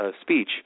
speech